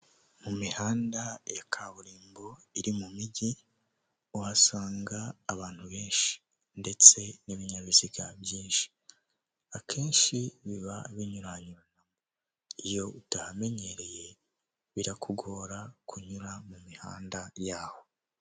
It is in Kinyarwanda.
Mu mihanda ya kaburimbo iri mu mijyi, uhasanga abantu benshi ndetse n'ibinyabiziga byinshi, akenshi biba binyuranyuranamo, iyo utahamenyereye birakugora kunyura mu mihanda yaho.